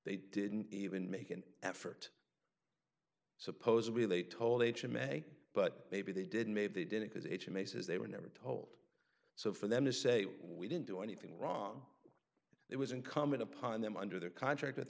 they didn't even make an effort supposedly they told h m a but maybe they didn't maybe they didn't because h m a says they were never told so for them to say we didn't do anything wrong it was incumbent upon them under their contract with